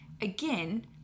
Again